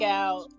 out